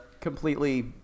completely